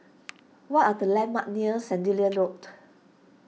what are the landmarks near Sandilands Road